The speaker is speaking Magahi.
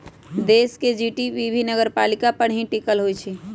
देश के जी.डी.पी भी नगरपालिका पर ही टिकल होई छई